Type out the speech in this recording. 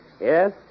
Yes